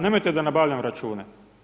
Nemojte da nabavljam račune.